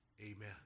Amen